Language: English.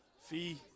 Fee